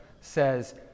says